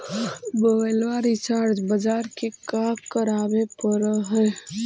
मोबाइलवा रिचार्ज बजार जा के करावे पर है?